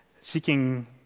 seeking